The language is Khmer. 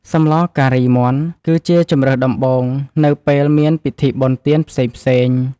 សម្លការីមាន់គឺជាជម្រើសដំបូង នៅពេលមានពិធីបុណ្យទានផ្សេងៗ។